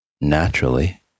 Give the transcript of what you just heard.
naturally